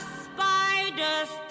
spider's